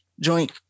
joint